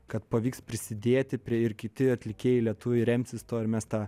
kad pavyks prisidėti prie ir kiti atlikėjai lietuviai remsis tuo ir mes tą